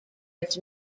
its